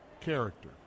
character